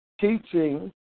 teaching